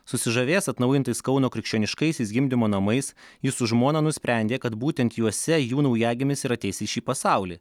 susižavėjęs atnaujintais kauno krikščioniškaisiais gimdymo namais jis su žmona nusprendė kad būtent juose jų naujagimis ir ateis į šį pasaulį